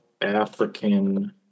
African